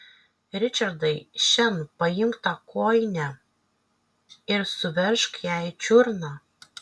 ričardai šen paimk tą kojinę ir suveržk jai čiurną